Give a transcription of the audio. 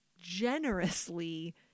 generously